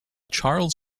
charles